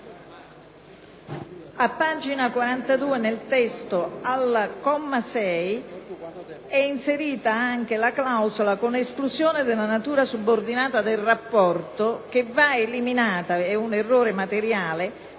a pagina 42 del testo al comma 6 è inserita anche la clausola «con esclusione della natura subordinata del rapporto» che va eliminata. È un errore materiale